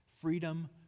Freedom